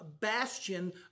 bastion